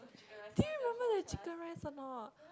do you remember the chicken rice or not